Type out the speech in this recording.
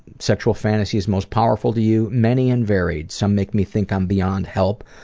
sexual fantasies most powerful to you, many and varied. some make me think i'm beyond help,